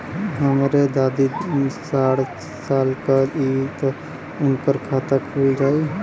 हमरे दादी साढ़ साल क हइ त उनकर खाता खुल जाई?